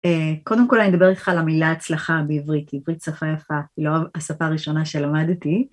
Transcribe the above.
קודם כל אני אדבר איתך על המילה הצלחה בעברית, עברית שפה יפה, היא לא השפה הראשונה שלמדתי.